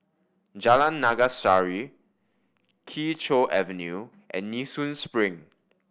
Jalan Naga Sari Kee Choe Avenue and Nee Soon Spring